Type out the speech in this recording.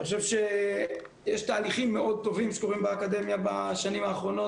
אני חושב שיש תהליכים מאוד טובים שקורים באקדמיה בשנים האחרונות